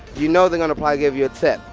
you know they're going to probably give you a tip.